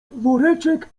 woreczek